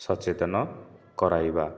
ସଚେତନ କରାଇବା